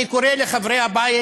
אני קורא לחברי הבית